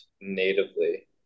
natively